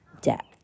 depth